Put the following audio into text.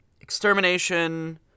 Extermination